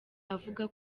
avuga